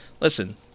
listen